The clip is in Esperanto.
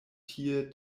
tie